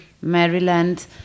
Maryland